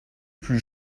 plus